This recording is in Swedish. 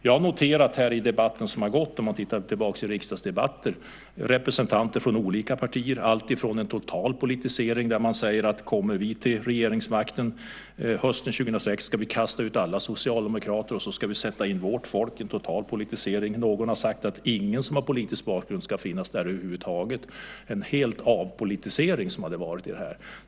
Jag har noterat detta i debatter som har varit, om man ser tillbaka på gamla riksdagsdebatter. Representanter för olika partier har talat om allt från en total politisering, där man säger att kommer vi till regeringsmakten hösten 2006 ska vi kasta ut alla socialdemokrater och sätta in vårt folk. Det är en total politisering. Någon har sagt att ingen som har politisk bakgrund ska finnas där över huvud taget. Det skulle vara en total avpolitisering.